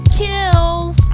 kills